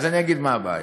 אז אגיד מה הבעיה.